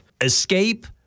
escape